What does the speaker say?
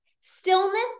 stillness